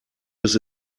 bis